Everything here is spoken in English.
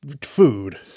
food